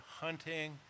hunting